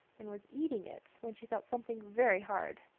and was eating it, when she felt something very hard.